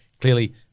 Clearly